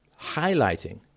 highlighting